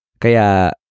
Kaya